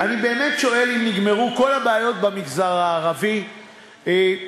אני באמת שואל אם נגמרו כל הבעיות במגזר הערבי שחבר